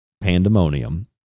pandemonium